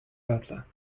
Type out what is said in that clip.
butler